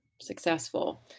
successful